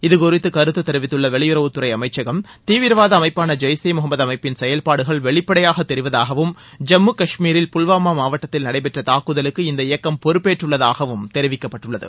இது குறித்து கருத்து தெரிவித்துள்ள வெளியுறவுத்துறை அமைச்சகம் தீவிரவாத அமைப்பாள ஜெய்ஷ் ஈ முகமது அமைப்பின் செயல்பாடுகள் வெளிப்படையாக தெரிவதாகவும் ஜம்மு காஷ்மீரில் புல்வாமா மாவட்டத்தில் நடைபெற்ற தாக்குதலுக்கு இந்த இயக்கம் பொறுப்பேற்றுள்ளதாகவும் தெரிவிக்கப்பட்டுள்ளது